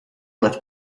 lift